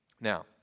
Now